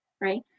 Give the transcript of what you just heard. right